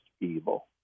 evil